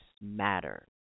Matter